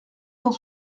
cent